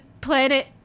planet